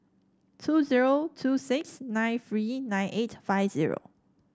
two zero two six nine three nine eight five zero